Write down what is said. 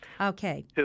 Okay